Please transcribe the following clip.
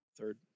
Third